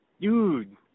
Dude